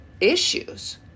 issues